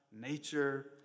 nature